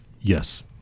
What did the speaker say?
Yes